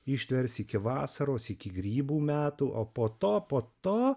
ji ištvers iki vasaros iki grybų metų o po to po to